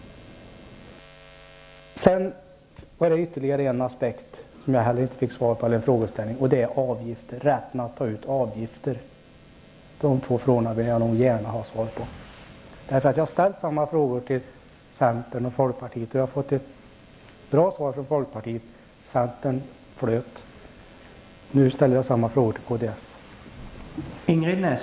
Det var ytterligare en aspekt där jag inte fick något svar, och det gäller rätten att ta ut avgifter. Jag vill gärna ha svar. Jag har ställt dessa frågor till centerns och folkpartiets representanter. Jag har fått ett bra svar från folkpartiet. Nu ställer jag alltså samma frågor till kds.